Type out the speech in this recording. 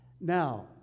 Now